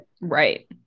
Right